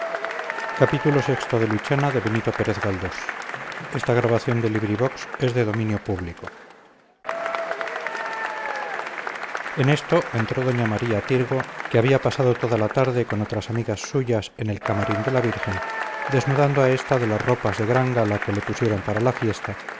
en esto entró doña maría tirgo que había pasado toda la tarde con otras amigas suyas en el camarín de la virgen desnudando a ésta de las ropas de gran gala que le pusieron para la fiesta